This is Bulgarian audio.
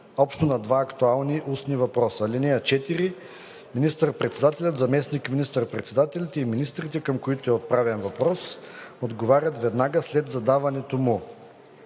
общо на два актуални устни въпроса. (4) Министър-председателят, заместник министър-председателите и министрите, към които е отправен въпрос, отговарят веднага след задаването му.